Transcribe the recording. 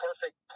perfect